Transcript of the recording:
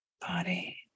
body